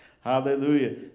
Hallelujah